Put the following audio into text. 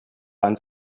ans